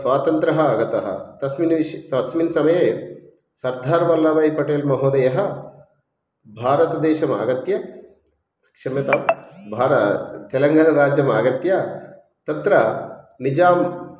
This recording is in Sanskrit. स्वातन्त्र्यम् आगतं तस्मिन् विश् तस्मिन् समये सर्दार् वल्लभाय् पटेल् महोदयः भारतदेशम् आगत्य क्षम्यतां भार तेलङ्गाणाराज्यम् आगत्य तत्र निजाम्